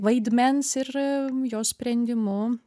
vaidmens ir jo sprendimu